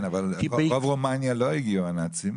אבל לרוב רומניה לא הגיעו הנאצים.